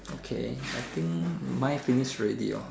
okay I think mine finished already hor